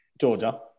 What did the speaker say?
Georgia